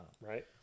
Right